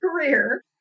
career